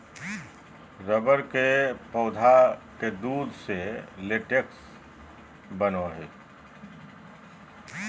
rubber के वृक्ष के दूध के लेटेक्स कहो हइ